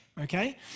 Okay